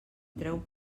treu